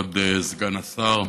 כבוד סגן השר,